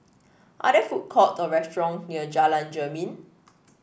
are there food court or restaurant near Jalan Jermin